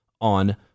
on